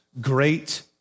great